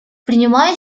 принимая